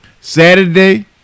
Saturday